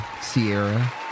Sierra